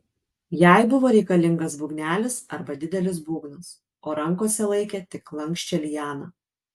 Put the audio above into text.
jai buvo reikalingas būgnelis arba didelis būgnas o rankose laikė tik lanksčią lianą